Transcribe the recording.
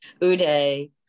Uday